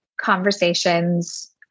conversations